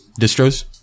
distros